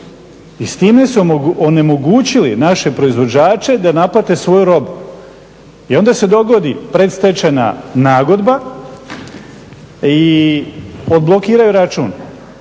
i s time su onemogućili naše proizvođače da naplate svoju robu. I onda se dogodi predstečajna nagodba i odblokiraju račun,